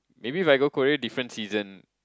maybe if I go Korea different season